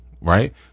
right